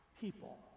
people